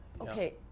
Okay